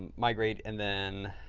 migrate and then